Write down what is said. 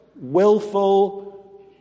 willful